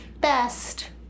best